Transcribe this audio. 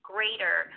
greater